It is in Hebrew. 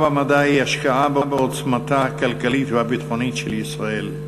במדע היא השקעה בעוצמתה הכלכלית והביטחונית של ישראל.